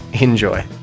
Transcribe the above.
Enjoy